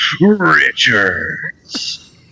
Richards